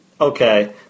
okay